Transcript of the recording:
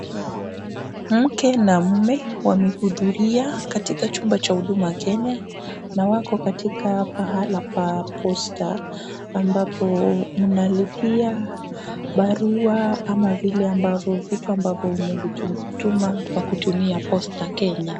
Mke na mume wamehudhuria katika chumba cha huduma kenya, na wako katika pahali pa posta ambapo mnalipia barua ama vile ambavyo vitu ambavyo umevituma kwa kutumia posta kenya.